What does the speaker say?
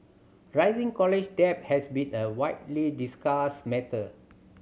rising college debt has been a widely discussed matter